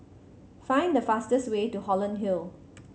find the fastest way to Holland Hill